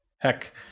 Heck